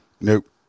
Nope